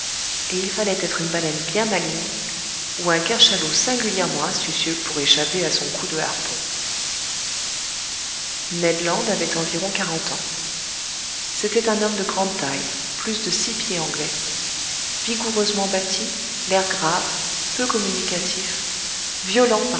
et il fallait être une baleine bien maligne ou un cachalot singulièrement astucieux pour échapper à son coup de harpon ned land avait environ quarante ans c'était un homme de grande taille plus de six pieds anglais vigoureusement bâti l'air grave peu communicatif violent